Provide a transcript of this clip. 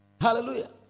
Hallelujah